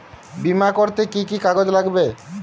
বিমা করতে কি কি কাগজ লাগবে?